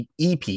EP